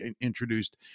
introduced